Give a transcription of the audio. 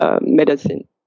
medicine